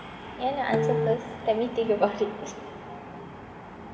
and you answer first let me think about it first